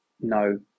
no